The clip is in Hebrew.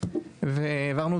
האולימפי,